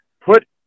put